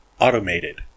Automated